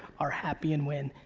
are happy and win.